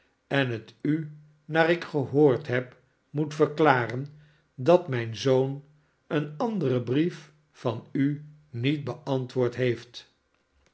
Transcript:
en het u naar ik gehoord heb moet verklaren dat mijn zoon een anderen brief van u niet beantwoord heeft